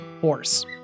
horse